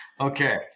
Okay